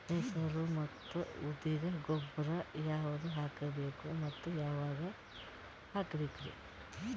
ಹೆಸರು ಮತ್ತು ಉದ್ದಿಗ ಗೊಬ್ಬರ ಯಾವದ ಹಾಕಬೇಕ ಮತ್ತ ಯಾವಾಗ ಹಾಕಬೇಕರಿ?